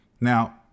Now